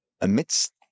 Amidst